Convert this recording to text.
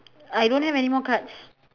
I don't have anymore cards